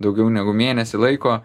daugiau negu mėnesį laiko